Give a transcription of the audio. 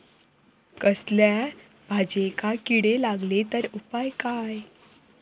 कसल्याय भाजायेंका किडे लागले तर उपाय काय?